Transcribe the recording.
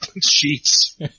sheets